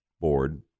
Board